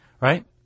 right